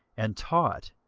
and taught.